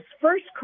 first